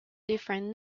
different